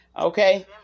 okay